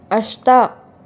अष्ट